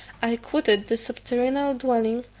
i quitted the subterranean dwelling,